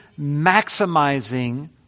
maximizing